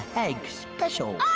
hank's special.